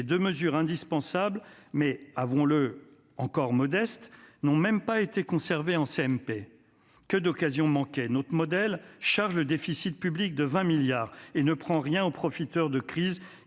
Ces deux mesures indispensables, mais, avouons-le, encore modestes, n'ont même pas été conservées en CMP. Que d'occasions manquées ! Votre modèle charge le déficit public de 20 milliards d'euros et ne prend rien aux profiteurs de crise